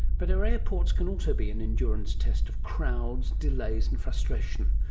but our airports can also be an endurance test of crowds, delays and frustration,